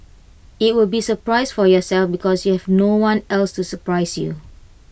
IT will be A surprise for yourself because you have no one else to surprise you